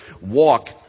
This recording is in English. walk